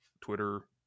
Twitter